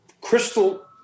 crystal